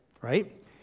right